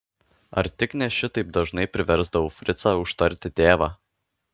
ar tik ne šitaip dažnai priversdavau fricą užtarti tėvą